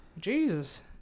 Jesus